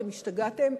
אתם השתגעתם?